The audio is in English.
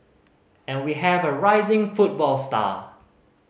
and we have a rising football star